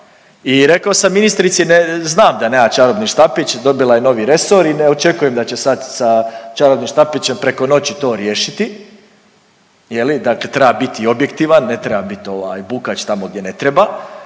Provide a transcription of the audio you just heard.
I rekao sam ministrici, ne, znam da nema čarobni štapić, dobila je novi resor i ne očekujem da će sad sa čarobnim štapićem preko noći to riješiti, je li, dakle treba biti objektivan, ne treba biti, ovaj, bukač tamo gdje ne treba,